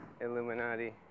Illuminati